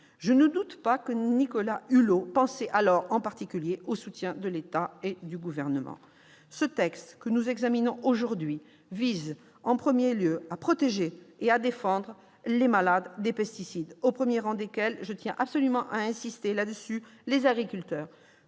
Je ne doute pas que Nicolas Hulot pensait alors en particulier au soutien de l'État et du Gouvernement. Le texte que nous examinons aujourd'hui vise en premier lieu à protéger et à défendre les malades des pesticides, au premier rang desquels, j'y insiste, les agriculteurs.